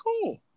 cool